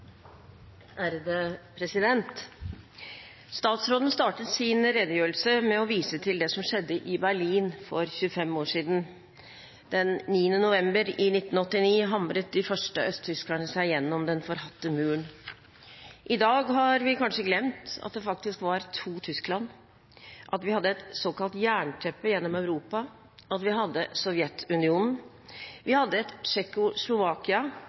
Statsråden startet sin redegjørelse med å vise til det som skjedde i Berlin for 25 år siden. Den 9. november 1989 hamret de første østtyskerne seg gjennom den forhatte muren. I dag har vi kanskje glemt at det faktisk var to Tyskland, at vi hadde et såkalt jernteppe gjennom Europa, at vi hadde Sovjetunionen, vi hadde et